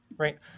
Right